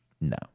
No